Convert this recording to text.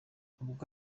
ubwo